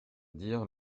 dire